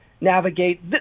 navigate